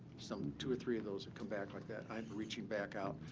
some two or three of those would come back like that, i'm reaching back out.